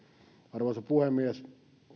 arvoisa puhemies